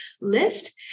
list